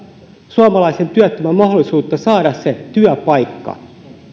suomalaisen työttömän mahdollisuutta saada se työpaikka